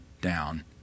down